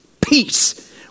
peace